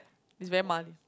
is very muddy